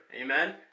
Amen